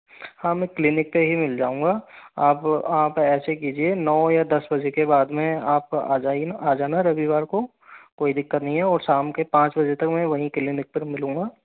हाँ मैं क्लिनिक पे ही मिल जाऊंगा आप ऐसे कीजिये नौ या दस बजे के बाद में आप आ जाइए ना आ जाना रविवार को कोई दिक्कत नहीं है और शाम के पाँच बजे तक मैं वही क्लिनिक पर मिलूँगा